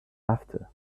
after